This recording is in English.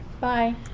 Bye